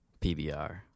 PBR